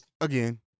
again